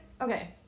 okay